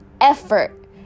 effort